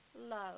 love